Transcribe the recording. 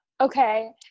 Okay